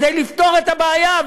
כדי לפתור את הבעיה.